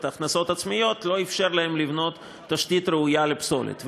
הכנסות עצמיות לא אפשר להן לבנות תשתית ראויה לפסולת.